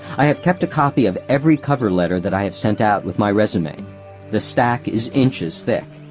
i have kept a copy of every cover letter that i have sent out with my resume the stack is inches thick.